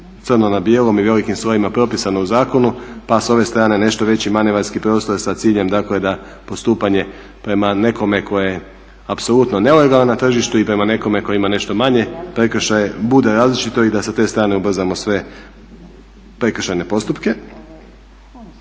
crno na bijelom i velikim slovima propisano u zakonu pa s ove strane nešto veći manevarski prostor sa ciljem dakle da postupanje prema nekome tko je apsolutno nelegalan na tržištu i prema nekome tko ima nešto manje prekršaje bude različito i da sa te strane ubrzamo sve prekršajne postupka.